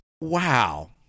wow